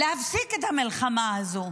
להפסיק את המלחמה הזו.